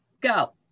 Go